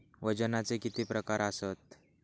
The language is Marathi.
वजनाचे किती प्रकार आसत?